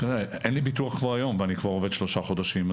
אין לי ביטוח כבר היום ואני עובד כבר שלושה חודשים,